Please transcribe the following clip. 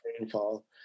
rainfall